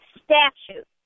statute